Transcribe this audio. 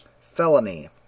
Felony